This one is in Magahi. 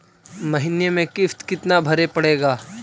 महीने में किस्त कितना भरें पड़ेगा?